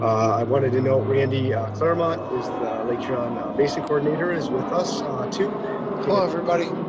i wanted to note randy claramunt is the lake huron basin coordinator is with us ah to hello everybody.